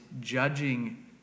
judging